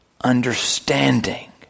understanding